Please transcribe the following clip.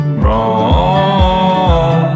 wrong